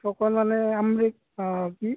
চকৰ মানে আমৰিত অঁ কি